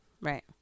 right